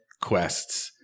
quests